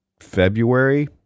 February